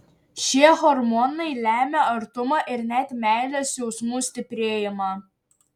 šie hormonai lemia artumo ir net meilės jausmų stiprėjimą